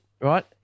right